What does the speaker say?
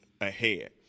ahead